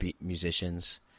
musicians